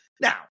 Now